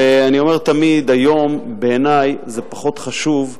אני אומר תמיד: היום בעיני זה פחות חשוב,